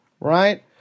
right